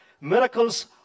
miracles